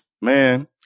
Man